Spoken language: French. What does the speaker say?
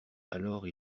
alors